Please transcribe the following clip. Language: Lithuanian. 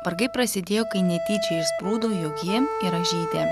vargai prasidėjo kai netyčia išsprūdo jog ji yra žydė